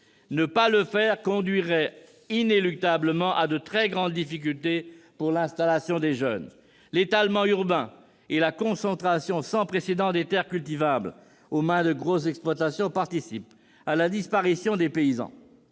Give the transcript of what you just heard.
Ne pas le faire conduirait inéluctablement à de très grandes difficultés pour l'installation des jeunes. L'étalement urbain et la concentration sans précédent des terres cultivables aux mains de grosses exploitations participent à la disparition des paysans.